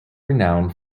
renowned